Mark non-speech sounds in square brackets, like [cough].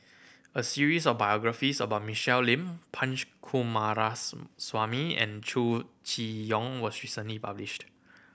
a series of biographies about Michelle Lim Punch [unintelligible] and Chow Chee Yong was recently published